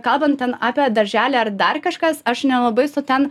kabant ten apie darželį ar dar kažkas aš nelabai esu ten